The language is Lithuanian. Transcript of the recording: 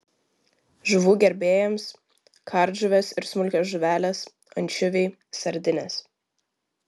žuvų gerbėjams kardžuvės ir smulkios žuvelės ančiuviai sardinės